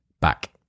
back